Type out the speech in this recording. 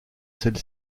celle